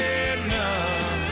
enough